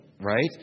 right